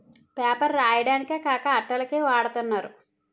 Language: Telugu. పేపర్ రాయడానికే కాక అట్టల కి వాడతన్నారు